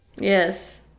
Yes